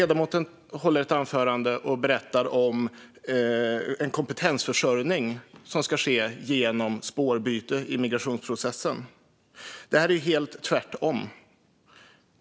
Ledamoten håller ett anförande och berättar om en kompetensförsörjning som ska ske genom spårbyte i migrationsprocessen. Det är helt tvärtom.